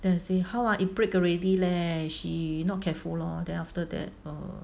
then I say how ah it break already leh she not careful lah then after that err